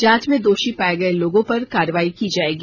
जांच में दोषी पाए गए लोगों पर कार्रवाई की जाएगी